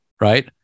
right